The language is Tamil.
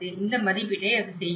இந்த மதிப்பீட்டை அது செய்கிறது